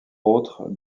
autres